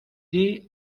des